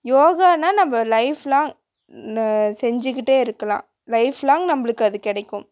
யோகான்னா நம்ம lifelong செஞ்சிக்கிட்டே இருக்கலாம் லைஃப் லாங் நம்மளுக்கு அது கிடைக்கும்